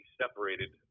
separated